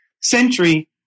century